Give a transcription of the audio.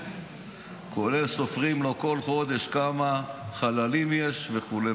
כולל שסופרים לו בכל חודש כמה חללים יש וכו'.